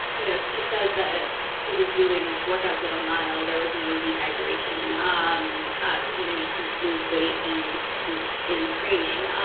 you know she says that she was doing workouts at a mile. there was no dehydration um ah because you know you can lose weight in and in training.